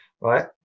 right